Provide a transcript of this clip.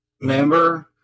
remember